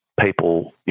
people